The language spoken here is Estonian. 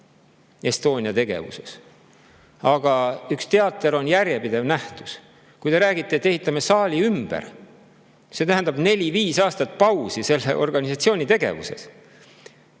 Estonia tegevuses väike paus. Aga üks teater on järjepidev nähtus. Kui te räägite, et ehitame saali ümber, siis see tähendab nelja-viieaastast pausi selle organisatsiooni tegevuses.